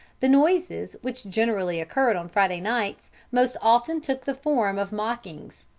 the noises, which generally occurred on friday nights, most often took the form of mockings,